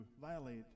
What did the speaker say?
violate